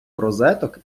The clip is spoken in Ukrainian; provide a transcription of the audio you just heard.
розеток